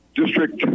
district